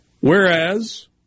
Whereas